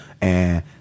and-